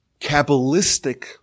Kabbalistic